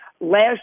Last